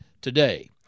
today